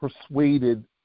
persuaded